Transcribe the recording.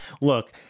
Look